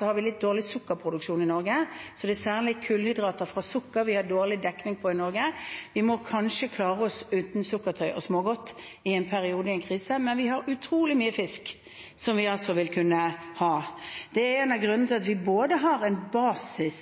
har en litt dårlig produksjon av i Norge. Det er særlig kullhydrater fra sukker vi har dårlig dekning for i Norge. Vi må kanskje klare oss uten sukkertøy og smågodt i en periode i en krise, men vi har utrolig mye fisk. Det er en av grunnene til at vi har en basis